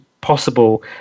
possible